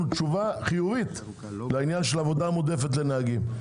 תשובה חיובית לעניין העבודה המועדפת לנהגים.